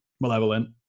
malevolent